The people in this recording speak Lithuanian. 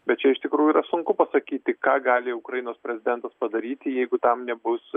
bet čia iš tikrųjų yra sunku pasakyti ką gali ukrainos prezidentas padaryti jeigu tam nebus